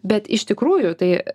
bet iš tikrųjų tai